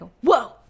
whoa